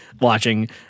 Watching